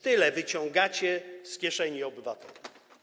Tyle wyciągacie z kieszeni obywateli.